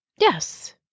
Yes